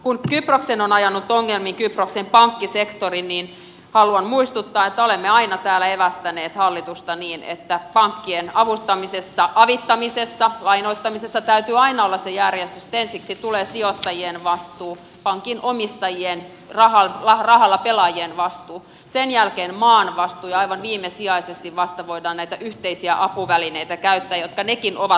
kun kyproksen on ajanut ongelmiin kyproksen pankkisektori niin haluan muistuttaa että olemme aina täällä evästäneet hallitusta niin että pankkien avittamisessa lainoittamisessa täytyy aina olla se järjestys että ensiksi tulee sijoittajien vastuu pankin omistajien rahalla pelaajien vastuu sen jälkeen maan vastuu ja aivan viimesijaisesti vasta voidaan käyttää näitä yhteisiä apuvälineitä jotka nekin ovat lainaa